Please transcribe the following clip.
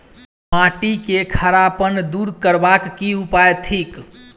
माटि केँ खड़ापन दूर करबाक की उपाय थिक?